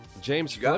james